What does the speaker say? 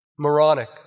moronic